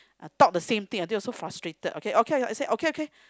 uh talk the same thing that was so frustrated okay okay I said okay okay